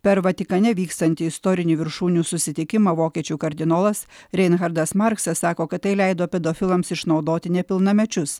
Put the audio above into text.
per vatikane vykstantį istorinį viršūnių susitikimą vokiečių kardinolas reinhardas marksas sako kad tai leido pedofilams išnaudoti nepilnamečius